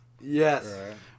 Yes